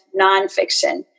nonfiction